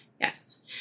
Yes